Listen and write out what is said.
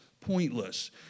pointless